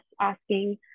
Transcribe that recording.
asking